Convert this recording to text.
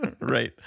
Right